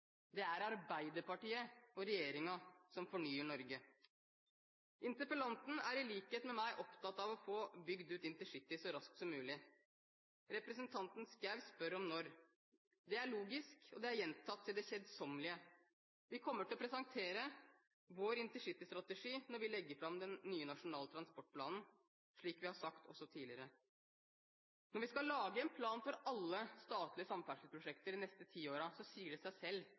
Det er Arbeiderpartiet og regjeringen som fornyer Norge. Interpellanten er i likhet med meg opptatt av å få bygd ut intercity så raskt som mulig. Representanten Schou spør om når. Det er logisk, og det er gjentatt til det kjedsommelige: Vi kommer til å presentere vår intercitystrategi når vi legger fram den nye nasjonale transportplanen, slik vi også har sagt tidligere. Når vi skal lage en plan for alle statlige samferdselsprosjekter de neste ti årene, sier det seg selv